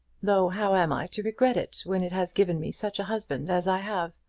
though how am i to regret it, when it has given me such a husband as i have?